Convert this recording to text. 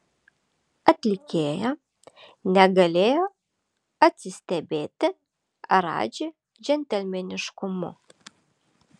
atlikėja negalėjo atsistebėti radži džentelmeniškumu